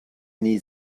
nie